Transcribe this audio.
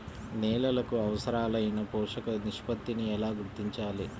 నేలలకు అవసరాలైన పోషక నిష్పత్తిని ఎలా గుర్తించాలి?